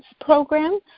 program